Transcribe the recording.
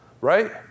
right